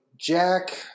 Jack